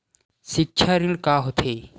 सिक्छा ऋण का होथे?